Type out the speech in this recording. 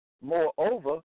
moreover